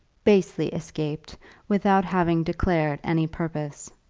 basely escaped without having declared any purpose.